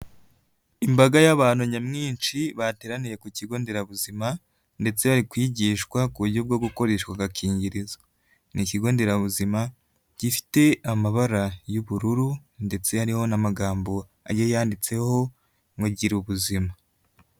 Imbaga y'abantu nyamwinshi bateraniye ku kigonderabuzima ndetse bari kwigishwa ku buryo bwo gukoreshashwa agakingirizo. Ni ikigonderabuzima gifite amabara y'ubururu ndetse harihoho n'amagambo agiye yanditseho ngo ''gira ubuzima''.